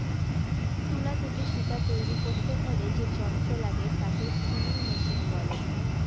তুলা থেকে সুতা তৈরী করতে হলে যে যন্ত্র লাগে তাকে স্পিনিং মেশিন বলে